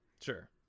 Sure